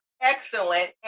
excellent